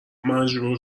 مجبور